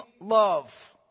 love